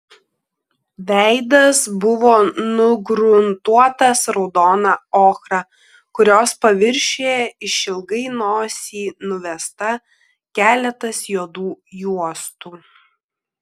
veidas buvo nugruntuotas raudona ochra kurios paviršiuje išilgai nosį nuvesta keletas juodų juostų